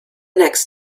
next